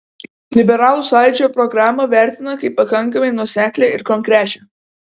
liberalų sąjūdžio programą vertina kaip pakankamai nuoseklią ir konkrečią